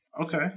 Okay